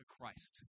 Christ